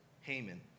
Haman